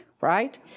right